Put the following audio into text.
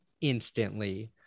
instantly